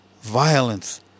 violence